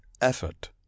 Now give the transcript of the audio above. Effort